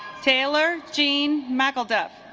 taylor jean-michel doug